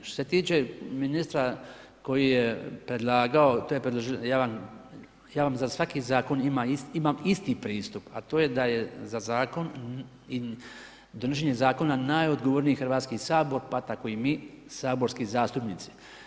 Što se tiče ministra koji je predlagao, ja vam za svaki zakon imam isti pristup a to je da je za zakon i donošenje zakona najodgovorniji Hrvatski sabor pa tako i mi saborski zastupnici.